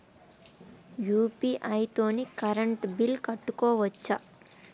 UPI తోని current bill కట్టుకోవచ్ఛా?